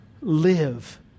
live